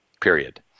period